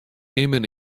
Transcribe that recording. immen